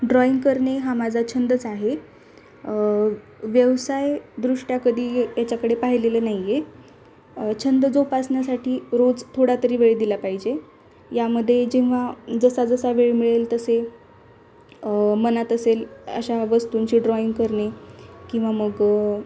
drawing करणे हा माझा छंदच आहे व्यवसायदृष्ट्या कधी याच्याकडे पाहिलेलं नाही आहे छंद जोपासण्यासाठी रोज थोडा तरी वेळ दिला पाहिजे यामध्ये जेव्हा जसा जसा वेळ मिळेल तसे मनात असेल अशा वस्तूंची ड्रॉईंग करणे किंवा मग